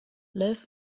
love